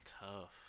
Tough